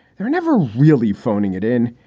they're never really phoning it in,